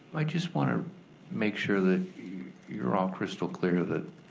i just wanna make sure that you're all crystal clear that